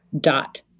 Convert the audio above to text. dot